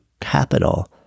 capital